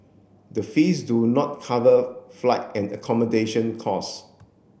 the fees do not cover flight and accommodation costs